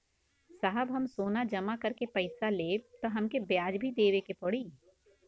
साहब हम सोना जमा करके पैसा लेब त हमके ब्याज भी देवे के पड़ी?